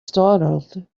startled